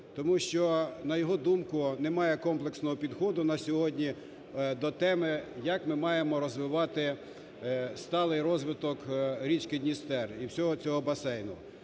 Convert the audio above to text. тому що на його думку немає комплексного підходу на сьогодні до теми, як ми маємо розвивати сталий розвиток річки Дністер і всього цього басейну.